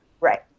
Right